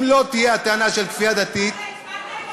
אם לא תהיה הטענה של כפייה דתית, איך